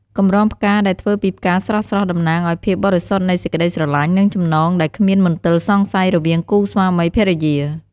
កម្រងផ្កាដែលធ្វើពីផ្កាស្រស់ៗ តំណាងឱ្យភាពបរិសុទ្ធនៃសេចក្តីស្រឡាញ់ និងចំណងដែលគ្មានមន្ទិលសង្ស័យរវាងគូស្វាមីភរិយា។